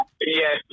yes